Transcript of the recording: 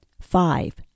Five